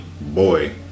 boy